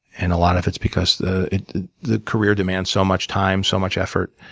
and a lot of it's because the the career demands so much time, so much effort,